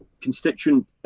constituent